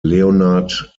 leonard